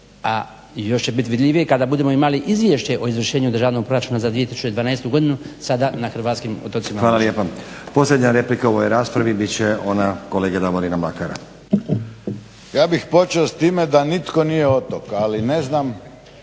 još će biti vidljivije kada budemo imali izvješće o izvršenju državnog proračuna za 2012. godinu sada na hrvatskim otocima. **Stazić, Nenad (SDP)** Hvala lijepo. Posljednja replika u ovoj raspravi bit će ona kolege Davorina Mlakara. **Mlakar, Davorin (HDZ)** Ja bih počeo s time da nitko nije otok ali ne znam